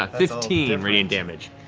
ah fifteen and radiant damage.